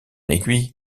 aiguille